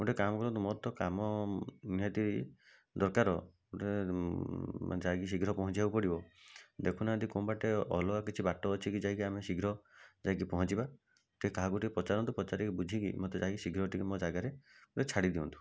ଗୋଟେ କାମ କରନ୍ତୁ ମୋର ତ କାମ ନିହାତି ଦରକାର ଗୋଟେ ଯାଇକି ଶୀଘ୍ର ପହଞ୍ଚିବାକୁ ପଡ଼ିବ ଦେଖୁନାହାଁନ୍ତି କେଉଁ ବାଟେ ଅଲଗା କିଛି ବାଟ ଅଛି କି ଯାଇକି ଆମେ ଶୀଘ୍ର ଯାଇକି ପହଞ୍ଚିବା ଟିକେ କାହାକୁ ଟିକେ ପଚାରନ୍ତୁ ପଚାରିକି ବୁଝିକି ମୋତେ ଯାଇକି ଶୀଘ୍ର ଟିକେ ମୋ ଜଗାରେ ଛାଡ଼ି ଦିଅନ୍ତୁ